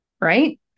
right